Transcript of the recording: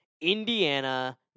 Indiana